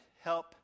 help